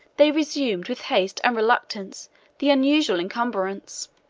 they resumed with haste and reluctance the unusual encumbrance.